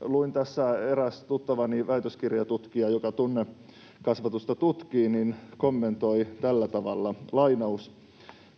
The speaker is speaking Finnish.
Luen tässä, mitä eräs tuttavani, väitöskirjatutkija, joka tunnekasvatusta tutkii, kommentoi: